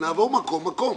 ונעבור מקום-מקום.